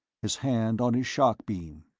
his hand on his shock-beam.